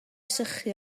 sychu